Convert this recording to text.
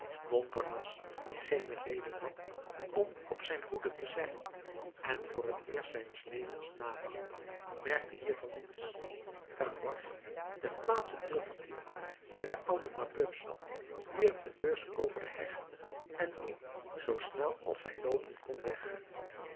montparnasse die geen reden had om op zijn hoede te zijn en voor het eerst zijns levens nadacht merkte hiervan niets gavroche ter plaatse teruggekeerd waar de oude mabeuf zat wierp de beurs over de heg en liep zoo snel als hij loopen kon weg